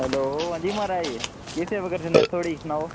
hello हां जी महाराज केह् सेवा करी सकनें अस थुआढ़ी सनाओ